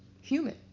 human